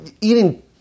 eating